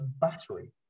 battery